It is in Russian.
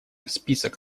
список